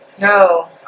No